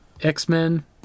X-Men